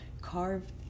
carved